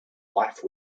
life